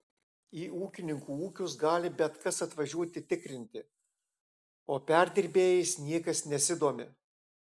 į ūkininkų ūkius gali bet kas atvažiuoti tikrinti o perdirbėjais niekas nesidomi